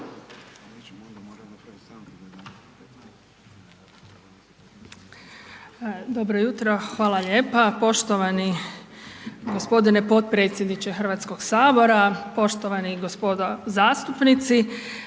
Dobro jutro, hvala lijepa. Poštovani g. potpredsjedniče Hrvatskog sabora, poštovani gospoda zastupnici.